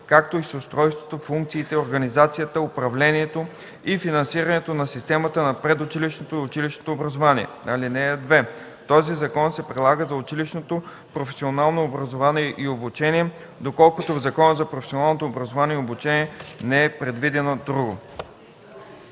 както и с устройството, функциите, организацията, управлението и финансирането на системата на предучилищното и училищното образование. (2) Този закон се прилага за училищното професионално образование и обучение, доколкото в Закона за професионалното образование и обучение не е предвидено друго.”